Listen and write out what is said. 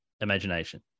imagination